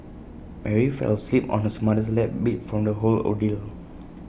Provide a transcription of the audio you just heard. Mary fell asleep on hers mother's lap beat from the whole ordeal